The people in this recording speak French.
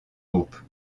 groupes